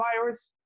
virus